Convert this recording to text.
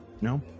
No